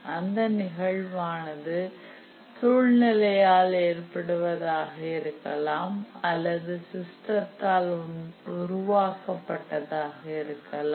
அந்த நிகழ்வானது சூழ்நிலையால் ஏற்படுவதாக இருக்கலாம் அல்லது சிஸ்டத்தால் உருவாக்கப்பட்டதாக இருக்கலாம்